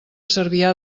cervià